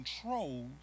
controls